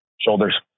shoulders